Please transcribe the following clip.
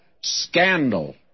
scandal